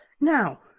now